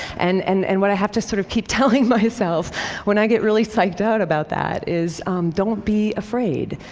and and and what i have to sort of keep telling myself when i get really psyched out about that is don't be afraid.